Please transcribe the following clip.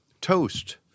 toast